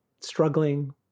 struggling